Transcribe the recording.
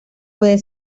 puede